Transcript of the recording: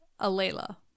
alayla